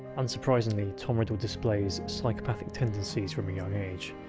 unsurprisingly, tom riddle displays psychopathic tendencies from a young age.